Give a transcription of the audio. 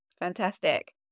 Fantastic